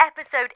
Episode